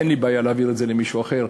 אין לי בעיה להעביר את זה למישהו אחר.